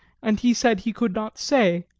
and he said he could not say